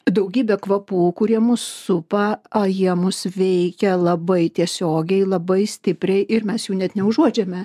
daugybė kvapų kurie mus supa a jie mus veikia labai tiesiogiai labai stipriai ir mes jų net neužuodžiame